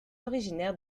originaire